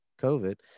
COVID